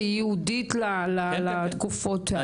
שהיא ייעודית לתקופות האלה?